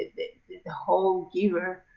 the. the whole giver.